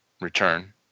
return